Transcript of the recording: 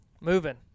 moving